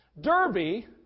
Derby